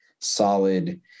solid